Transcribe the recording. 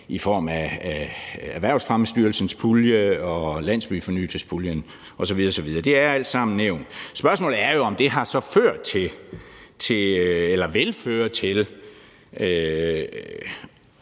i form af Erhvervsfremmestyrelsens pulje og Landsbyfornyelsespuljen osv. osv. Det er alt sammen nævnt. Spørgsmålet er jo, om det så har ført til